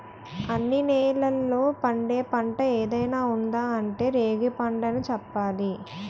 అన్ని నేలల్లో పండే పంట ఏదైనా ఉందా అంటే రేగిపండనే చెప్పాలి